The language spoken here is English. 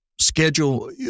Schedule